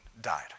died